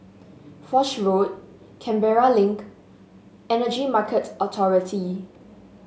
Foch Road Canberra Link Energy Market Authority